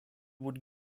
would